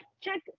check